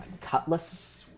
cutlass